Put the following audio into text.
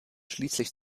schließlich